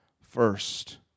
first